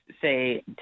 say